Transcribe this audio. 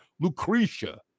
Lucretia